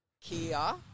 Kia